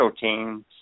teams